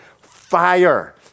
Fire